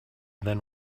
then